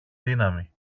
δύναμη